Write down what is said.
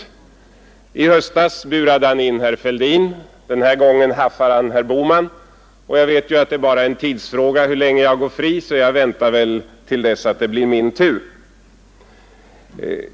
I höstas burade han in herr Fälldin, Den här gången haffar han herr Bohman. Och jag vet ju att det bara är en tidsfråga hur länge jag går fri, så jag väntar väl till dess det blir min tur.